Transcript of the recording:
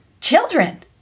Children